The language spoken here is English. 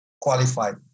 qualified